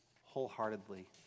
wholeheartedly